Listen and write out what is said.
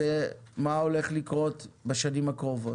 זה מה הולך לקרות בשנים הקרובות.